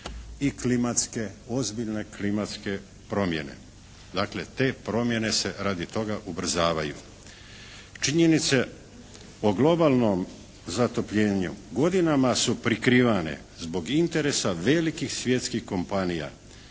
ozbiljne klimatske promjene. Dakle, te promjene se radi toga ubrzavaju. Činjenice o globalnom zatopljenju godinama su prikrivane zbog interesa velikih svjetskih kompanijama